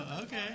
okay